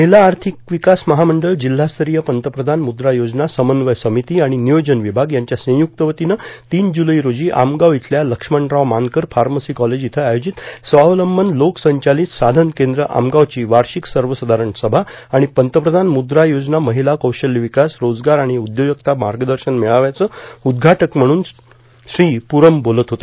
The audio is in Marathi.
महिला आर्थिक विकास महामंडळ जिल्हास्तरीय पंतप्रधान मुद्रा योजना समव्वय समिती आणि नियोजन विभाग यांच्या संयुक्त वतीनं तीन जुलै रोजी आमगाव इथल्या लक्ष्मणराव मानकर फार्मसी कॉलेज इथं आयोजित स्वावलंबन लोकसंचालीत साधन केंद्र आमगावची वार्षिक सर्वसाधारण सभा आणि पंतप्रधान मुद्रा योजना महिला कौशल्य विकास रोजगार आणि उद्योजकता मार्गदर्शन मेळाव्याचं उद्घाटक म्हणून श्री पुराम बोलत होते